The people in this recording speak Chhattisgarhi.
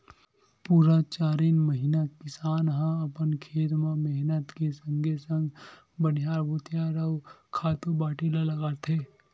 पुरा चारिन महिना किसान ह अपन खेत म मेहनत के संगे संग बनिहार भुतिहार अउ खातू माटी ल लगाथे